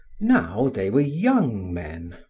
now they were young men,